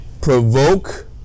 Provoke